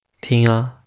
停 ah